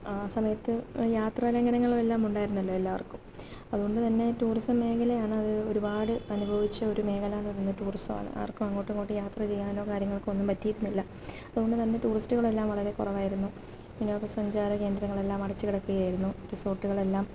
ആ സമയത്ത് യാത്രാ ലംഘനങ്ങളും എല്ലാം ഉണ്ടായിരുന്നല്ലോ എല്ലാവർക്കും അതുകൊണ്ട് തന്നെ ടൂറിസം മേഖലയാണത് ഒരുപാട് അനുഭവിച്ച ഒരു മേഖലയെന്ന് പറയുന്നത് ടൂറിസമാണ് ആർക്കും അങ്ങോട്ടും ഇങ്ങോട്ടും യാത്ര ചെയ്യാനോ കാര്യങ്ങൾക്കോ ഒന്നും പറ്റിയിരുന്നില്ല അതുകൊണ്ട് തന്നെ ടൂറിസ്റ്റുകളെല്ലാം വളരെ കുറവായിരുന്നു വിനോദസഞ്ചാര കേന്ദ്രങ്ങളെല്ലാം അടച്ച് കിടക്കുകയായിരുന്നു റിസോർട്ടുകളെല്ലാം